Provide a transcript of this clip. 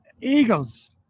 Eagles